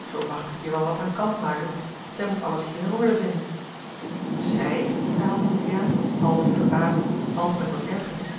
zoo mag ik het hier wel wat aan kant maken zij moet alles hier in orde vinden zij herhaalde juliaan half in verbazing half met wat ergernis